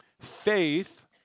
faith